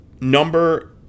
Number